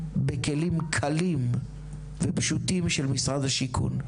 בכלים קלים ופשוטים של משרד השיכון.